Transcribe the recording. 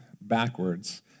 backwards